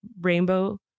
rainbow